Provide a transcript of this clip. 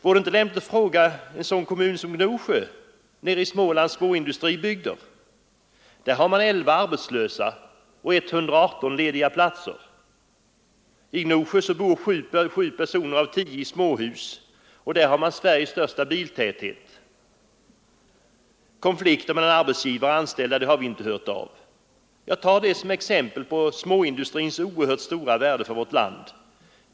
Vore det inte lämpligt att fråga en sådan kommun som Gnosjö i Smålands småindustribygder? Där har man elva arbetslösa och 118 lediga platser. I Gnosjö bor sju personer av tio i småhus, och där finns Sveriges största biltäthet. Konflikter mellan arbetsgivare och anställda har inte hörts av. Jag tar detta såsom exempel på småindustrins mycket stora värde för vårt land.